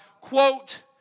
quote